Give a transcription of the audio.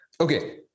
Okay